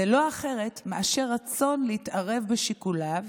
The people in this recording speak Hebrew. זה לא אחרת מאשר רצון להתערב בשיקוליו